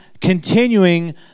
continuing